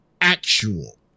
actual